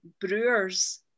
brewers